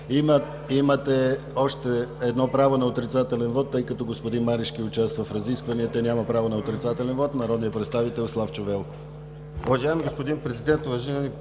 Имате още едно право на отрицателен вот, тъй като господин Марешки участва в разискванията и няма право на отрицателен вот, народният представител Славчо Велков.